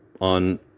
on